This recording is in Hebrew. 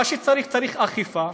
מה שצריך, צריך אכיפה,